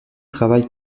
travaille